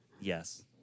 Yes